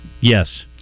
Yes